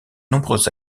nombreuses